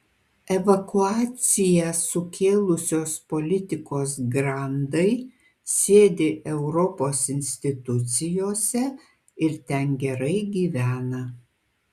evakuaciją sukėlusios politikos grandai sėdi europos institucijose ir ten gerai gyvena